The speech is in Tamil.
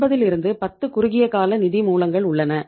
ஒன்பதிலிருந்து பத்து குறுகிய கால நிதி மூலங்கள் உள்ளன